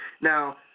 Now